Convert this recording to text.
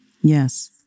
Yes